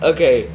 Okay